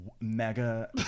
mega